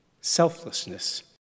selflessness